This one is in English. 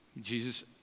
Jesus